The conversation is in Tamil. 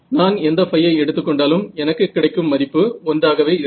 நான் எந்த ϕ எடுத்துக்கொண்டாலும் எனக்கு கிடைக்கும் மதிப்பு 1 ஆகவே இருக்கும்